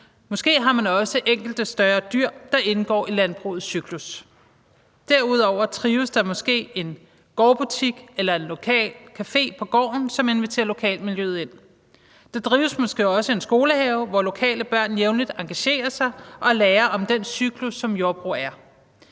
Måske har man også enkelte større dyr, der indgår i landbrugets cyklus. Derudover drives der måske en gårdbutik eller en lokal café på gården, som inviterer lokalmiljøet ind. Der drives måske også en skolehave, hvor lokale børn jævnligt engagerer sig og lærer om den cyklus, som jordbrug er.